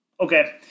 Okay